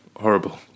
Horrible